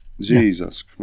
Jesus